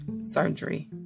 surgery